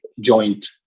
joint